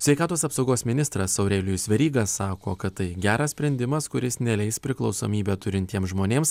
sveikatos apsaugos ministras aurelijus veryga sako kad tai geras sprendimas kuris neleis priklausomybę turintiems žmonėms